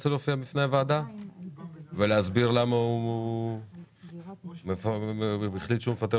באתי לפה כדי להסביר לכם דבר אחד קטן ופשוט